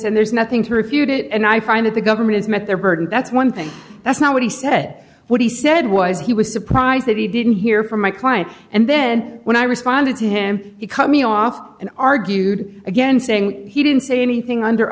and there's nothing to refute it and i find that the government has met their burden that's one thing that's not what he said what he said was he was surprised that he didn't hear from my client and then when i responded to him he cut me off and argued again saying he didn't say anything under